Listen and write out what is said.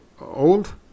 old